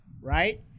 right